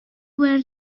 where